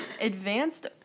Advanced